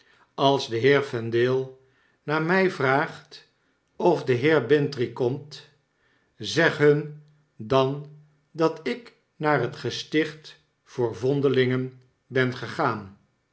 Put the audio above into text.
als de heer vendale naar my vraagt of de heer bintrey komt zeg hun dan dat ik naar het gesticht voor vondelingen ben gegaan